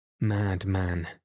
Madman